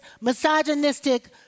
misogynistic